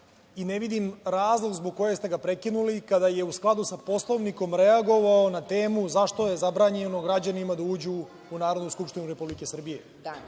Ne vidim razlog zbog kojeg ste ga prekinuli kada je u skladu sa Poslovnikom reagovao ne temu zašto je zabranjeno građanima da uđu u Narodnu skupštinu Republike Srbije.